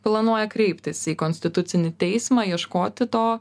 planuoja kreiptis į konstitucinį teismą ieškoti to